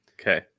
Okay